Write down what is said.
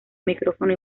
micrófono